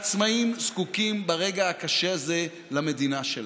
העצמאים זקוקים ברגע הקשה הזה למדינה שלהם,